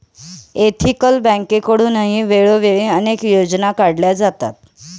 ethical बँकेकडूनही वेळोवेळी अनेक योजना काढल्या जातात